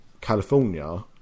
California